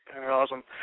Awesome